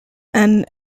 and